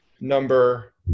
number